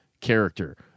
character